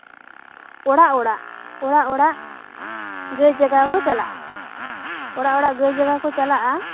ᱚᱲᱟᱜ ᱚᱲᱟᱜ ᱚᱲᱟᱜ ᱚᱲᱟᱜ ᱜᱟᱹᱭ ᱡᱟᱜᱟᱣ ᱠᱚ ᱪᱟᱞᱟᱜᱼᱟ ᱚᱲᱟᱜ ᱚᱲᱟᱜ ᱜᱟᱹᱭ ᱡᱟᱜᱟᱣ ᱠᱚ ᱪᱟᱞᱟᱜᱼᱟ